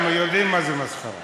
אבל אמרתי, נעשה את זה בהזדמנות אחרת.